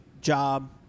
job